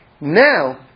Now